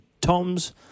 Toms